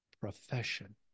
profession